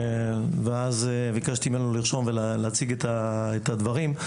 ביקשתי ממנו לרשום ולהציג את הדברים.